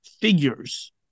figures